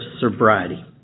sobriety